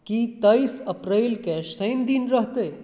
की तेइस अप्रिलके शनि दिन रहतै